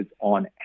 on